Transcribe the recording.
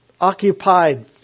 occupied